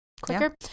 quicker